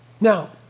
Now